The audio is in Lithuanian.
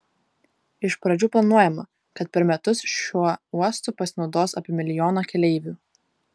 iš pradžių planuojama kad per metus šiuo uostu pasinaudos apie milijoną keleivių